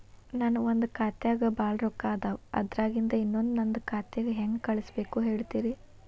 ನನ್ ಒಂದ್ ಖಾತ್ಯಾಗ್ ಭಾಳ್ ರೊಕ್ಕ ಅದಾವ, ಅದ್ರಾಗಿಂದ ಇನ್ನೊಂದ್ ನಂದೇ ಖಾತೆಗೆ ಹೆಂಗ್ ಕಳ್ಸ್ ಬೇಕು ಹೇಳ್ತೇರಿ?